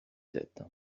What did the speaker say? tête